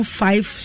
five